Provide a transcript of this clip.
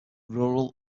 rural